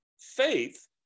Faith